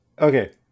Okay